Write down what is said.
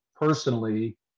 personally